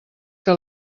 que